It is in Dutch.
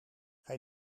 hij